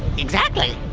exactly.